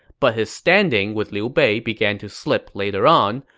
but his standing with liu bei began to slip later on,